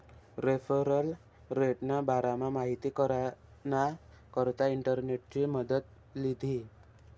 referral रेटना बारामा माहिती कराना करता इंटरनेटनी मदत लीधी